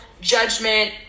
judgment